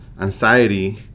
anxiety